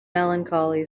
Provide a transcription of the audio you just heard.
melancholy